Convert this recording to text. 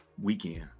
weekend